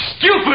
Stupid